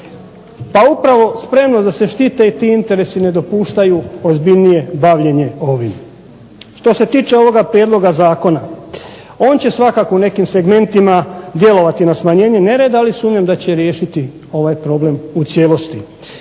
Pa upravo spremnost da se štite ti interesi ne dopuštaju ozbiljnije bavljenje ovim. Što se tiče ovoga prijedloga zakona on će svakako u nekim segmentima djelovati na smanjenje nereda, ali sumnjam da će riješiti ovaj problem u cijelosti.